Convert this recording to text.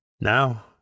Now